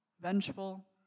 vengeful